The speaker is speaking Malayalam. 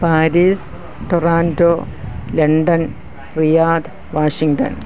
Paris Toronto London Riyadh Washington